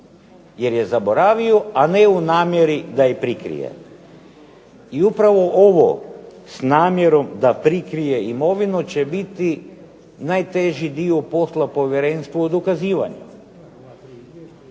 jer je zaboravio, a ne u namjeri da je prikrije. I upravo ovo s namjerom da prikrije imovinu će biti najteži dio posla povjerenstvu o dokazivanju.